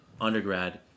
undergrad